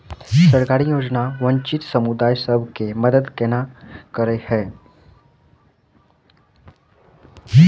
सरकारी योजना वंचित समुदाय सब केँ मदद केना करे है?